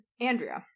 Andrea